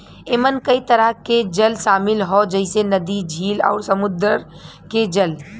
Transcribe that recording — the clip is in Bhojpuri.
एमन कई तरह के जल शामिल हौ जइसे नदी, झील आउर समुंदर के जल